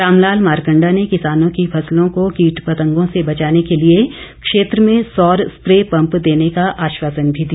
रामलाल मारकंडा ने किसानों की फसलों को कीट पतंगों से बचाने के लिए क्षेत्र में सौर स्प्रे पंप देने का आश्वासन भी दिया